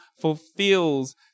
fulfills